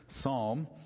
psalm